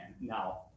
now